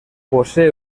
posee